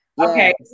Okay